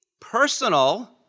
personal